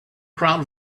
crowd